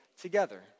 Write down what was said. together